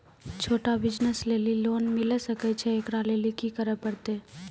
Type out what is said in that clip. छोटा बिज़नस लेली लोन मिले सकय छै? एकरा लेली की करै परतै